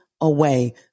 away